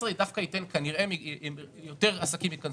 2019 תאפשר ליותר עסקים להיכנס